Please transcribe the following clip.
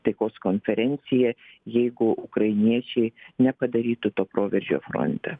taikos konferencija jeigu ukrainiečiai nepadarytų to proveržio fronte